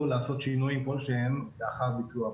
לעשות שינויים כלשהם לאחר ביצוע הבדיקה.